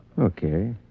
Okay